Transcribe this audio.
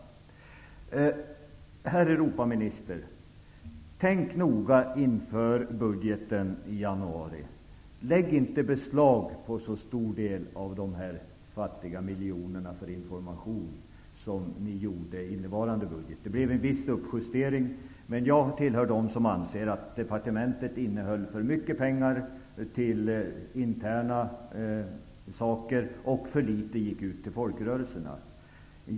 Tänk noga, herr Europaminister, inför nästa budget i januari: Lägg inte beslag på en så stor del av de fjuttiga miljonerna för information, så som ni gjorde i innevarande budget. Det blev en viss justering, men jag tillhör dem som anser att departementet innehöll för mycket pengar för interna saker. För litet gick ut till folkrörelserna.